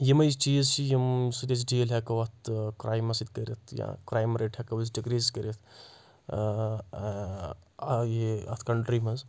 یِمَے چیٖز چھِ یِم سۭتۍ أسۍ ڈیٖل ہؠکو اَتھ کرایمَس سۭتۍ کٔرِتھ یا کرایِم رَیٹ ہیٚکو أسۍ ڈِکریٖز کٔرِتھ یہِ اَتھ کَنٹری منٛز